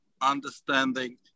understanding